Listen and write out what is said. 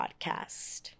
podcast